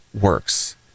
works